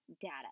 data